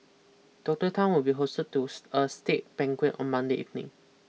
Doctor Tan will be hosted tooth a state banquet on Monday evening